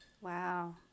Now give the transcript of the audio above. Wow